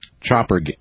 Chopper